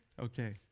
Okay